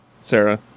sarah